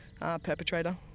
perpetrator